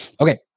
Okay